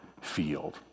field